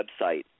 website